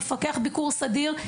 מפקח הביקור סדיר,